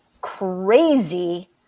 crazy